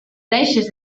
reixes